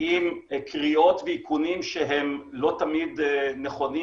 עם קריאות ואיכונים שהם לא תמיד נכונים,